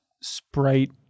Sprite